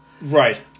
Right